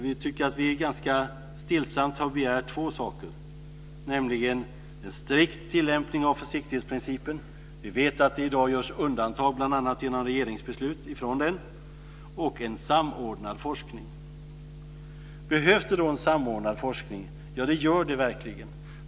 Vi tycker att vi ganska stillsamt har begärt två saker, nämligen en strikt tilllämpning av försiktighetsprincipen - vi vet att det i dag görs undantag från den, bl.a. genom regeringsbeslut - och en samordnad forskning. Behövs det då en samordnad forskning? Ja, det gör det verkligen.